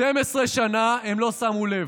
12 שנה הם לא שמו לב,